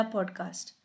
Podcast